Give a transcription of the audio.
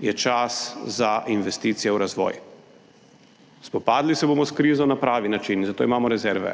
je čas za investicije v razvoj. Spopadli se bomo s krizo na pravi način, zato imamo rezerve,